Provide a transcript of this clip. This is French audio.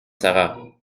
sara